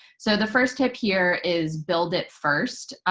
so the first tip here is build it first.